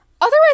otherwise